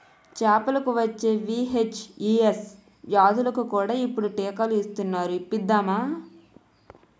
చేపలకు వచ్చే వీ.హెచ్.ఈ.ఎస్ వ్యాధులకు కూడా ఇప్పుడు టీకాలు ఇస్తునారు ఇప్పిద్దామా